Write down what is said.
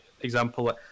example